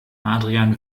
adrian